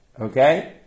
Okay